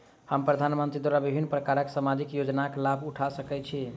हम प्रधानमंत्री द्वारा विभिन्न प्रकारक सामाजिक योजनाक लाभ उठा सकै छी?